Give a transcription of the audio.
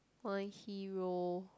my hero